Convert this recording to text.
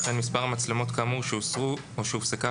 וכן מספר המצלמות כאמור שהוסרו או שהופסקה